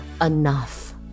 enough